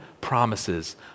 promises